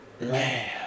man